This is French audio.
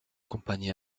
compagnie